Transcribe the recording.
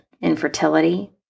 infertility